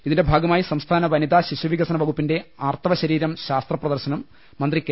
ഇതിന്റെ ഭാഗമായി സംസ്ഥാന വനിതാ ശിശുവികസന വകു പ്പിന്റെ ആർത്തവ ശരീരം ശാസ്ത്ര പ്രദർശനം മന്ത്രി കെ